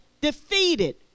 defeated